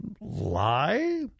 lie